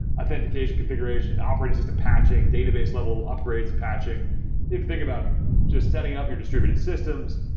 authentication, configuration, operating system patching, database level upgrades and patching yeah think about just setting up your distributed systems.